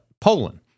Poland